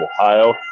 Ohio